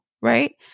right